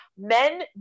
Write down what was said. men